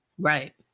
Right